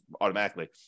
automatically